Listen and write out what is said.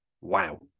wow